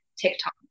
TikTok